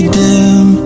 dim